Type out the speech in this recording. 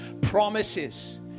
promises